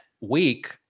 week